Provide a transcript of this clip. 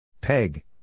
Peg